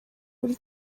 buri